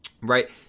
right